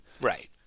Right